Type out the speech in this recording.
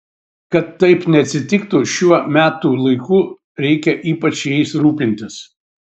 kad taip neatsitiktų šiuo metų laiku reikia ypač jais rūpintis